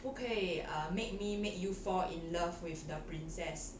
不可以 err make me make you fall in love with the princess